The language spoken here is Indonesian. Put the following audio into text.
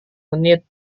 menit